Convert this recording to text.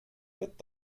wird